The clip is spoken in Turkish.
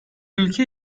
ülke